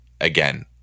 again